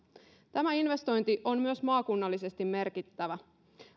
tämä investointi on myös maakunnallisesti merkittävä